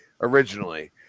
originally